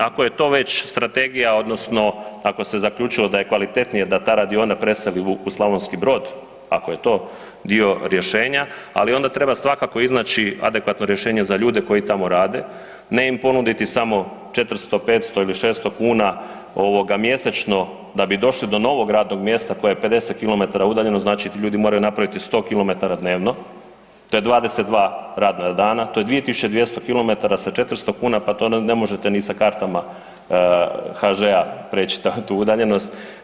Ako je to već strategija odnosno ako se zaključilo da je kvalitetnije da ta radiona preseli u Slavonski Brod, ako je to dio rješenja, ali onda treba svakako iznaći adekvatno rješenje za ljude koji tamo rade, ne im ponuditi samo 400, 500 ili 600 kuna mjesečno da bi došli do novog radnog mjesta koji je 50 km udaljeno, znači ti ljudi moraju napraviti 100 km dnevno, to je 22 radna dana, to je 2.200 km sa 400 kuna pa to ne možete ni sa kartama HŽ-a prijeći tu udaljenost.